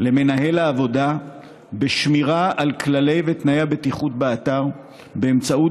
למנהל העבודה בשמירה על כללי ותנאי הבטיחות באתר באמצעות